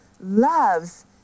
loves